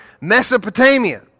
Mesopotamia